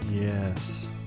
yes